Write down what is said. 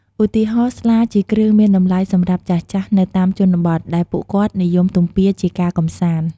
ឧទាហរណ៍ ស្លា ជាគ្រឿងមានតម្លៃសម្រាប់ចាស់ៗនៅតាមជនបទ ដែលពួកគាត់និយមទំពាជាការកម្សាន្ត។